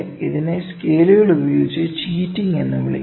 ഇതിനെ സ്കെയിലുകളുപയോഗിച്ച് ചീറ്റിംഗ് എന്ന് വിളിക്കുന്നു